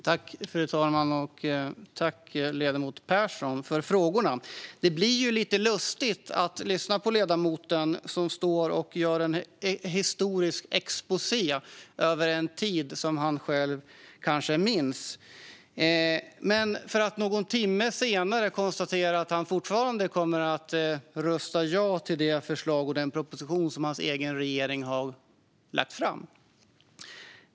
Fru talman! Tack, ledamot Persson, för frågorna! Det blir lite lustigt att höra ledamoten göra en historisk exposé över en tid som han själv kanske minns för att någon timme senare konstatera att han fortfarande kommer att rösta ja till den proposition som hans egen regering har lagt fram.